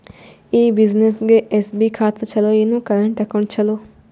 ಈ ಬ್ಯುಸಿನೆಸ್ಗೆ ಎಸ್.ಬಿ ಖಾತ ಚಲೋ ಏನು, ಕರೆಂಟ್ ಅಕೌಂಟ್ ಚಲೋ?